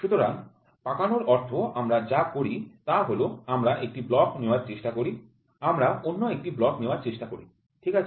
সুতরাং কচলানো এর অর্থ আমরা যা করি তা হল আমরা একটি ব্লক নেওয়ার চেষ্টা করি আমরা অন্য একটি ব্লক নেওয়ার চেষ্টা করি ঠিক আছে